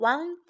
One